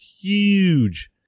huge